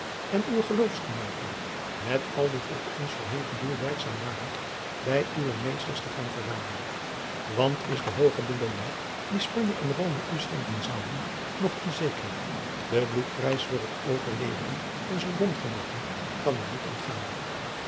en uwe geloofsgenooten met al die tot ons verheven doel werkzaam waren bij uwe meesters te gaan verraden want is de hooge belooning die spanje en rome u schenken zouden nog onzeker de bloedprijs voor het overleveren onzer bondgenooten kan u niet ontgaan